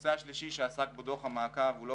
הנושא השלישי שעסק בו דוח המעקב הוא לא